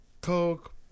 Coke